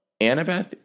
Annabeth